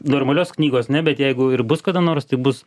normalios knygos ne bet jeigu ir bus kada nors tai bus